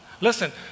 Listen